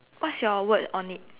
what's your word on it